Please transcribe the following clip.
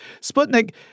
Sputnik